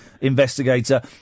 investigator